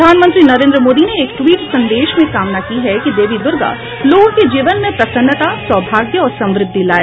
प्रधानमंत्री नरेन्द्र मोदी ने एक ट्वीट संदेश में कामना की है कि देवी दुर्गा लोगों के जीवन में प्रसन्नता सौभाग्य और समृद्धि लाए